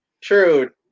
true